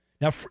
Now